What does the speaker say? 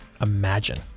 imagine